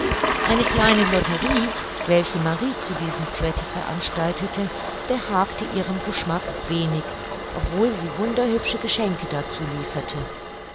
eine kleine lotterie welche marie zu diesem zwecke veranstaltete behagte ihrem geschmack wenig obwohl sie wunderhübsche geschenke dazu lieferte